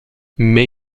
mais